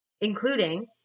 including